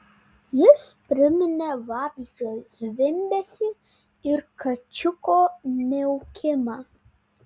jis priminė vabzdžio zvimbesį ir kačiuko miaukimą